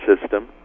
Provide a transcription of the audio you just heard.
system